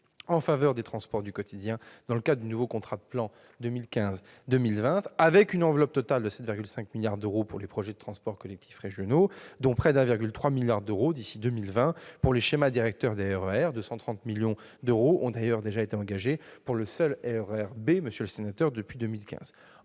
en faveur des transports du quotidien dans le cadre du nouveau contrat de plan 2015-2020. Une enveloppe totale de 7,5 milliards d'euros est prévue pour les projets de transports collectifs régionaux, dont près de 1,3 milliard d'euros pour les schémas directeurs des RER ; 230 millions d'euros ont d'ailleurs déjà été engagés, depuis 2015,